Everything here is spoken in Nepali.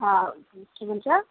के भन्छ